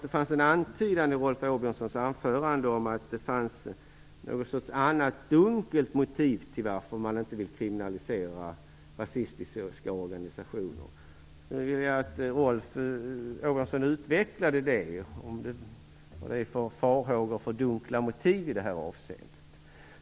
Det fanns en antydan i hans anförande om att det skulle finnas något slags annat dunkelt motiv till varför man inte vill kriminalisera rasistiska organisationer. Nu vill jag att Rolf Åbjörnsson utvecklar vad det är för farhågor för dunkla motiv i detta avseende.